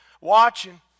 watching